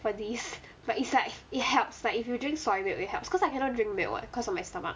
for these but it's like it helps like if you drink soy milk it helps cause I cannot drink milk what because of my stomach